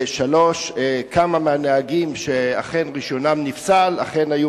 3. כמה מהנהגים שרשיונם נפסל אכן היו